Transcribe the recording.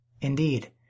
Indeed